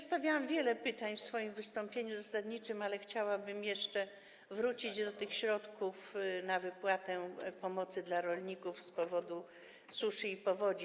Stawiałam wiele pytań w swoim wystąpieniu zasadniczym, ale chciałabym jeszcze wrócić do tych środków na wypłatę pomocy dla rolników z powodu suszy i powodzi.